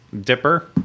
dipper